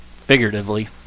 figuratively